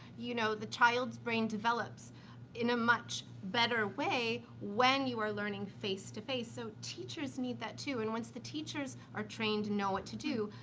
you know, the child's brain develops in a much better way when you are learning face to face. so, teachers need that too, and once the teachers are trained to know what to do,